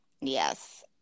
Yes